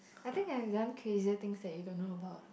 I think I have done crazier things that you don't know about